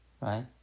Right